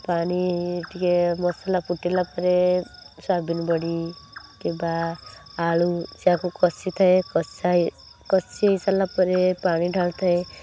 ପାଣି ଟିକେ ମସଲା ଫୁଟିଲା ପରେ ସୋୟାବିନ ବଡ଼ି କିମ୍ବା ଆଳୁ ଯାହାକୁ କଷି ଥାଏ କଷା କଷି ହେଇସାରିଲା ପରେ ପାଣି ଢାଳିଥାଏ